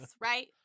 right